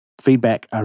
feedback